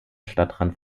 stadtrand